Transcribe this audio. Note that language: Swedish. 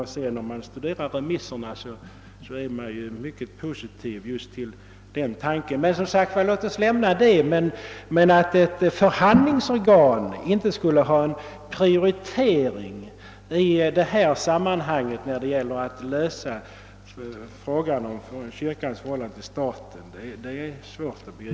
Studerar man vidare remissvaren finner man att de är mycket positiva till tanken på en centralstyrelse. Låt oss emellertid lämna detta. Det är dock svårt att begripa att inrättandet av ett förhandlingsorgan inte skulle kunna prioriteras när det gäller att lösa frågan om kyrkans förhållande till staten.